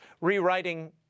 rewriting